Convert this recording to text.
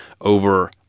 over